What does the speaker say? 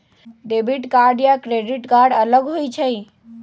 Debit card या credit card अलग होईछ ई?